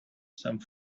some